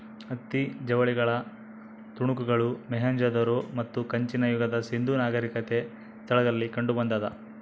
ಹತ್ತಿ ಜವಳಿಗಳ ತುಣುಕುಗಳು ಮೊಹೆಂಜೊದಾರೋ ಮತ್ತು ಕಂಚಿನ ಯುಗದ ಸಿಂಧೂ ನಾಗರಿಕತೆ ಸ್ಥಳಗಳಲ್ಲಿ ಕಂಡುಬಂದಾದ